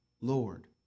Lord